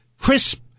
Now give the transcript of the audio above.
crisp